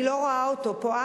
אני לא רואה אותו פה.